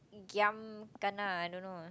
Giam Kana I don't know ah